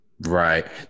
Right